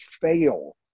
fail